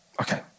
Okay